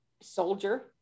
soldier